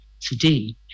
today